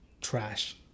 trash